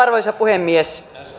arvoisa puhemies